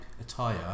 attire